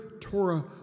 Torah